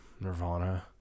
Nirvana